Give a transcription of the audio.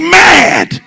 mad